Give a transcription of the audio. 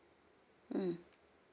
mm